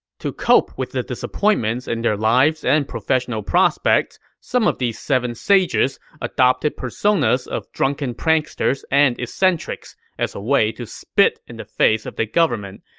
to cope with the disappointments in their lives and professional prospects, some of these seven sages adopted personas of drunken pranksters and eccentrics as a way to spit in the face of the government.